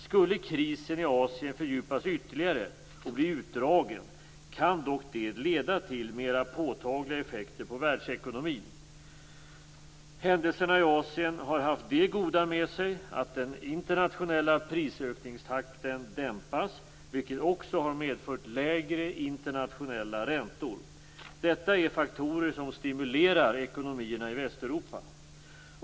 Skulle krisen i Asien fördjupas ytterligare och bli utdragen kan det dock leda till mera påtagliga effekter på världsekonomin. Händelserna i Asien har haft det goda med sig att den internationella prisökningstakten dämpas, vilket också har medfört lägre internationella räntor. Detta är faktorer som stimulerar ekonomierna i Västeuropa.